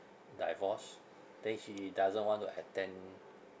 divorce then she doesn't want to attend